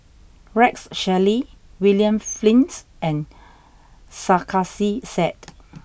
Rex Shelley William Flint and Sarkasi Said